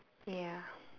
ya